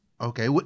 Okay